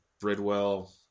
Bridwell